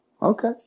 okay